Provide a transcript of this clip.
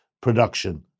production